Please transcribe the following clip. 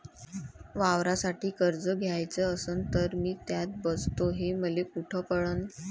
वावरासाठी कर्ज घ्याचं असन तर मी त्यात बसतो हे मले कुठ कळन?